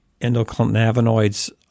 endocannabinoids